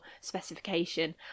specification